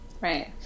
right